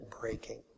breaking